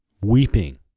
Weeping